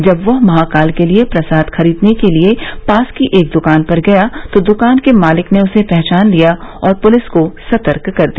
जब वह महाकाल के लिए प्रसाद खरीदने के लिए पास की एक दुकान पर गया तो दुकान के मालिक ने उसे पहचान लिया और पुलिस को सतर्क कर दिया